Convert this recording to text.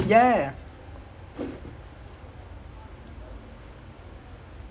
I mean usually the it's because the place everyone they should they will tell the referee lah to go and check but